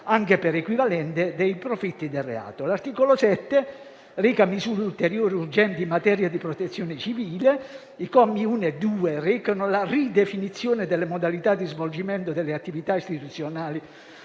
anche per equivalente, dei profitti del reato. L'articolo 7 reca misure ulteriori urgenti in materia di Protezione civile. I commi 1 e 2 recano la ridefinizione delle modalità di svolgimento delle attività istituzionali